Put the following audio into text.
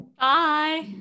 Bye